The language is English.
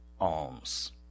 alms